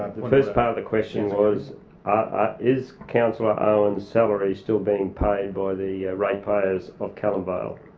the first part of the question was ah is councillor owen's salary still being paid by the rate payers of calamvale.